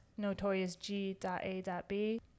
notoriousg.a.b